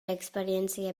experiència